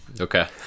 Okay